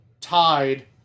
tied